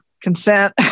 consent